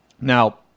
Now